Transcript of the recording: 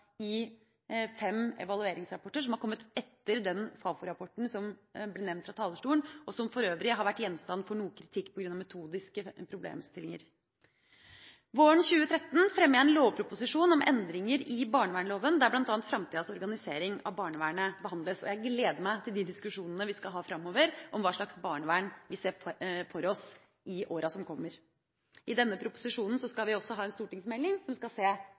i fem evalueringsrapporter som har kommet etter den Fafo-rapporten som ble nevnt fra talerstolen, og som for øvrig har vært gjenstand for noe kritikk på grunn av metodiske problemstillinger. Våren 2013 fremmer jeg en lovproposisjon om endringer i barnevernsloven, der bl.a. framtidas organisering av barnevernet behandles. Jeg gleder meg til de diskusjonene vi skal ha framover om hva slags barnevern vi ser for oss i årene som kommer. I tillegg til denne proposisjonen skal vi også ha en stortingsmelding som skal se